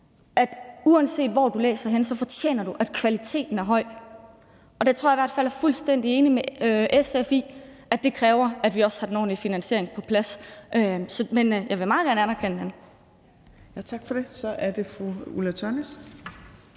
at uanset hvor du læser henne, fortjener du, at kvaliteten er høj. Der tror jeg i hvert fald, at jeg er fuldstændig enig med SF i, at det kræver, at vi også har den ordentlige finansiering på plads. Men jeg vil meget gerne anerkende det. Kl. 17:49 Tredje næstformand (Trine